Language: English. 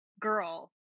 girl